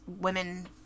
women